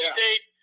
State